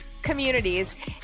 communities